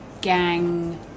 gang